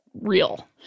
real